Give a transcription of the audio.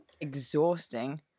exhausting